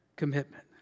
commitment